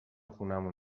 خونمون